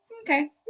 okay